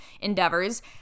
endeavors